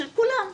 של כולם.